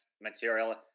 material